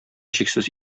чиксез